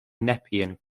nepean